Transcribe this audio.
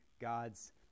God's